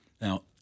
Now